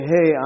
Hey